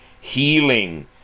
healing